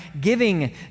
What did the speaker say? giving